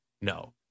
no